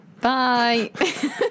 Bye